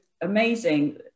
amazing